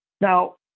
Now